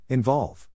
Involve